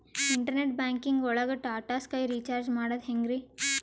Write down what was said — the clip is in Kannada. ಇಂಟರ್ನೆಟ್ ಬ್ಯಾಂಕಿಂಗ್ ಒಳಗ್ ಟಾಟಾ ಸ್ಕೈ ರೀಚಾರ್ಜ್ ಮಾಡದ್ ಹೆಂಗ್ರೀ?